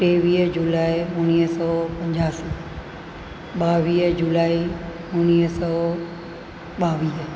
टेवीह जुलाई उणिवीह सौ पंजासी ॿावीह जुलाई उणिवीह सौ ॿावीह